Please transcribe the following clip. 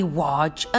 watch